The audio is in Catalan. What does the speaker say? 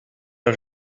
als